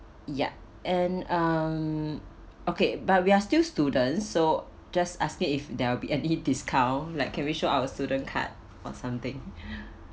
yup and um okay but we are still student so just asking if there will be any discount like can we show our student card or something